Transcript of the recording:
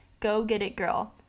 GOGETITGIRL